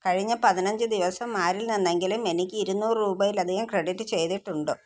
കഴിഞ്ഞ പതിനഞ്ച് ദിവസം ആരിൽ നിന്നെങ്കിലും എനിക്ക് ഇരുനൂറ് രൂപയിലധികം ക്രെഡിറ്റ് ചെയ്തിട്ടുണ്ടോ